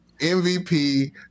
MVP